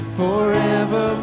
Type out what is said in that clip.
forever